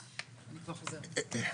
אני כבר חוזרת.